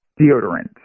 deodorant